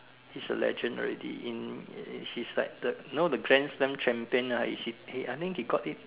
she's a legend already in she's like thirt~ you know the grand slam champion ah is she I think she got it